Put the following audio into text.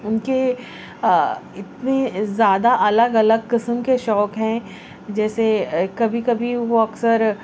ان کے اتنے زیادہ الگ الگ قسم کے شوق ہیں جیسے کبھی کبھی وہ اکثر